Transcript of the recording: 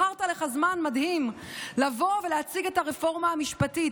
בחרת לך זמן מדהים לבוא ולהציג את הרפורמה המשפטית,